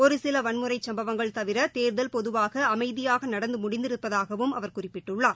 ஒருசிலவன்முறைசம்பவங்கள் தவிரதேர்தல் பொதுவாகஅமைதியாகநடந்தமுடிந்திருப்பதாகவும் அவர் குறிப்பிட்டுள்ளார்